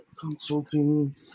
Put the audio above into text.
consulting